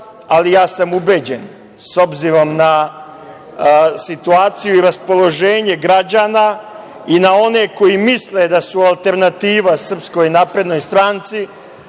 ali ja sam ubeđen, s obzirom na situaciju i raspoloženje građana i na one koji misle da su alternativa SNS, da će SNS čak